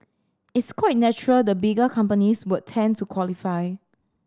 it's quite natural the bigger companies would tend to qualify